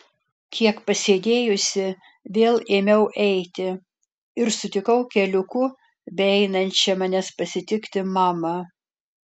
kiek pasėdėjusi vėl ėmiau eiti ir sutikau keliuku beeinančią manęs pasitikti mamą